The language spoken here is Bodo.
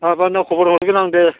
हाबानो खबर हरगोन आं दे